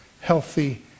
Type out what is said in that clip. healthy